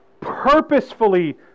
purposefully